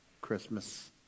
Christmas